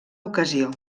ocasió